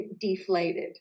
deflated